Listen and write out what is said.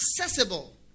accessible